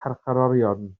carcharorion